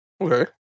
Okay